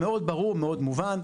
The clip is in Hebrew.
מאוד ברור, מאוד מובן.